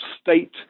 state